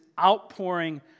outpouring